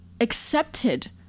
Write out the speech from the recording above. accepted